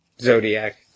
Zodiac